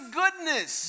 goodness